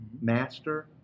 Master